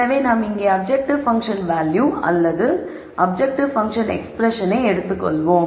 எனவே நாம் இங்கே அப்ஜெக்ட்டிவ் பன்ஃசன் வேல்யூ அல்லது அப்ஜெக்ட்டிவ் பன்ஃசன் எக்ஸ்பிரஸன் எடுத்துக்கொள்வோம்